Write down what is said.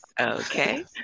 Okay